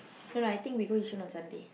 no no I think we go Yishun on Sunday